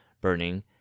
burning